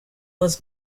was